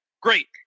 Great